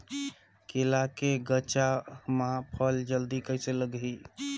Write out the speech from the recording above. केला के गचा मां फल जल्दी कइसे लगही?